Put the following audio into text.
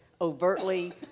overtly